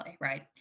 right